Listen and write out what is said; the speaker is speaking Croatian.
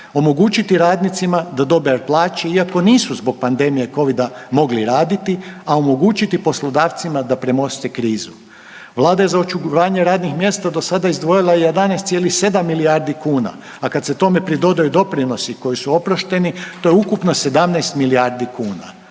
omogućiti radnicima da dobe plaće iako nisu zbog pandemije covida mogli raditi, a omogućiti poslodavcima da premosti krizu. Vlada je za očuvanje radnih mjesta do sada izdvojila 11,7 milijardi kuna, a kada se tome pridodaju doprinosi koji su oprošteni to je ukupno 17 milijardi kuna.